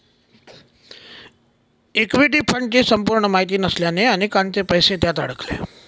equity फंडची संपूर्ण माहिती नसल्याने अनेकांचे पैसे त्यात अडकले